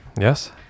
Yes